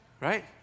Right